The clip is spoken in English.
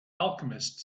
alchemist